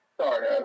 Sorry